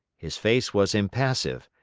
his face was impassive,